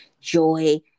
joy